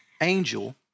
angel